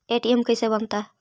ATM कैसे बनता?